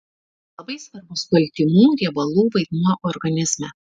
labai svarbus baltymų riebalų vaidmuo organizme